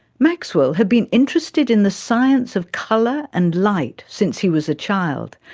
maxwell had been interested in the science of colour and light since he was a child,